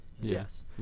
Yes